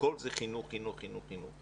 הכול זה חינוך, חינוך, חינוך.